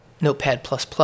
Notepad++